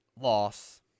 Loss